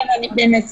כן, אני בנסיעה.